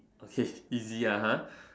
okay easy ah ha